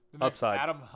Upside